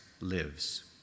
lives